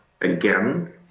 again